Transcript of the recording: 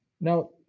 Now